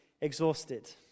exhausted